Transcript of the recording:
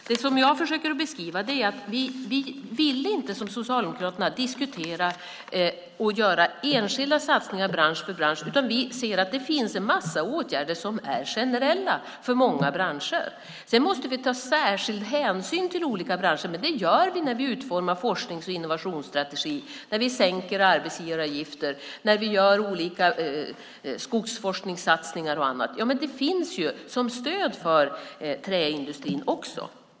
Det som jag försöker beskriva är att vi inte som Socialdemokraterna vill diskutera och göra enskilda satsningar bransch för bransch, utan vi ser att det finns en massa åtgärder som är generella för många branscher. Sedan måste vi ta särskild hänsyn till olika branscher. Men det gör vi när vi utformar en forsknings och innovationsstrategi, när vi sänker arbetsgivaravgifter och när vi gör olika skogsforskningssatsningar och annat. Det finns som stöd för träindustrin också.